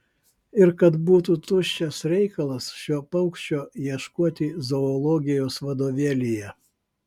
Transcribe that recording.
ir kad būtų tuščias reikalas šio paukščio ieškoti zoologijos vadovėlyje